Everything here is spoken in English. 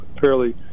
fairly